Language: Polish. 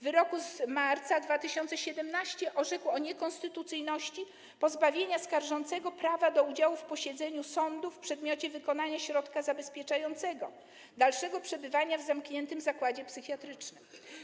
W wyroku z marca 2017 r. orzekł o niekonstytucyjności pozbawienia skarżącego prawa do udziału w posiedzeniu sądu w przedmiocie wykonania środka zabezpieczającego - dalszego przebywania w zamkniętym zakładzie psychiatrycznym.